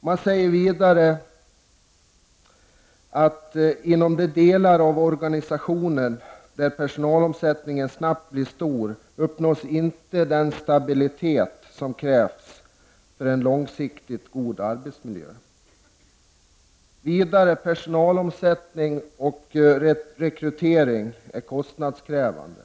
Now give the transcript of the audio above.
Man säger vidare att inom de delar av organisationen där personalomsättningen snabbt blir stor uppnås inte den stabilitet som krävs för en långsiktigt god arbetsmiljö samt att personalomsättning och rekrytering är kostnadskrävande.